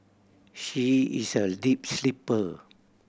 she is a deep sleeper